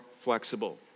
flexible